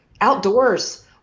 outdoors